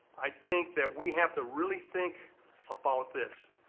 i think that we have to really think about this.